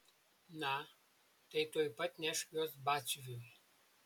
na tai tuoj pat nešk juos batsiuviui